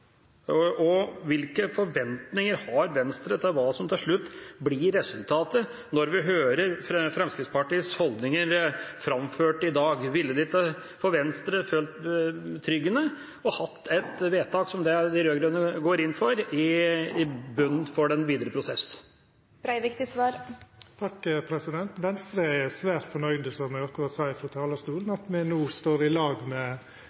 Hvilke forventninger har Venstre til hva som til slutt blir resultatet? Når vi hører Fremskrittspartiets holdninger framført i dag, ville ikke Venstre følt det betryggende å ha et vedtak som det de rød-grønne går inn for, i bunnen for den videre prosess? Venstre er svært fornøgd med – som eg akkurat sa frå talarstolen – at me no står i lag med